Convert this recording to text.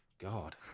God